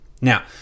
Now